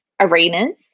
arenas